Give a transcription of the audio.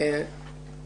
אנחנו